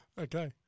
Okay